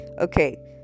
okay